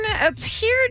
appeared